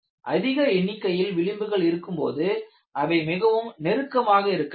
அதிக எண்ணிக்கையில் விளிம்புகள் இருக்கும்போது அவை மிகவும் நெருக்கமாக இருக்க வேண்டும்